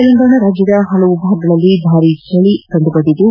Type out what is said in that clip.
ತೆಲಂಗಾಣ ರಾಜ್ಯದ ಹಲವಾರು ಭಾಗಗಳಲ್ಲಿ ಭಾರೀ ಚಳಿ ಕಂಡುಬಂದಿದ್ದು